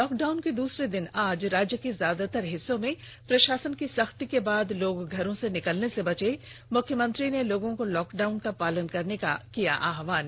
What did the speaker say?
lockdown के दूसरे दिन राज्य के ज्यादातर हिस्सो में प्रषासन की सख्ती के बाद लोग घरों से निकलने से बचे मुख्यमंत्री ने लोगों से लॉकडाउन का पालन करने का किया आहवान